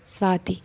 Swati